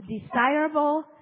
desirable